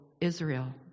Israel